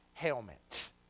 helmet